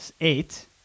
eight